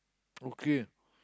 okay